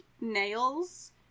nails